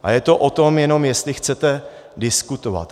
A je to o tom jenom, jestli chcete diskutovat.